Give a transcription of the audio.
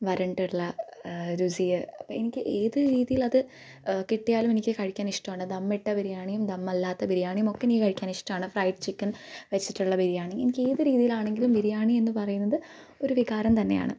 വരണ്ടുള്ള രുചിയ് എനിക്ക് ഏത് രീതിയിലത് കിട്ടിയാലുമെനിക്ക് കഴിക്കാനിഷ്ട്ടമാണ് ദമ്മിട്ട ബിരിയാണിയും ദമ്മല്ലാത്ത ബിരിയാണിയുമൊക്കെ എനിക്ക് കഴിക്കാനിഷ്ടമാണ് ഫ്രെയ്ഡ് ചിക്കൻ വെച്ചിട്ടുള്ള ബിരിയാണി എനിക്കേത് രീതിയിലാണെങ്കിലും ബിരിയാണി എന്ന് പറയുന്നത് ഒരു വികാരം തന്നെയാണ്